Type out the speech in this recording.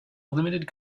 limited